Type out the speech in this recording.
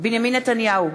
בנימין נתניהו,